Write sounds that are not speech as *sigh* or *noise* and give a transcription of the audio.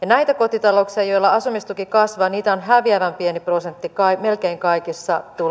*unintelligible* näitä kotitalouksia joilla asumistuki kasvaa on häviävän pieni prosentti melkein kaikissa